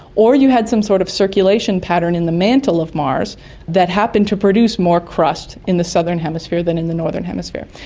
or you had some sort of circulation pattern in the mantle of mars that happened to produce more crust in the southern hemisphere than in the northern hemisphere.